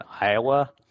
Iowa